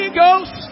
ghost